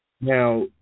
Now